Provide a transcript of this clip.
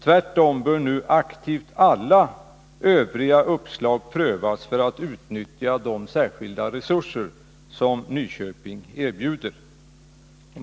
Tvärtom bör nu alla övriga uppslag aktivt prövas, så att man skall kunna utnyttja de särskilda resurser som Nyköping erbjuder.